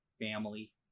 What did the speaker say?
family